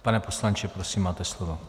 Pane poslanče, prosím, máte slovo.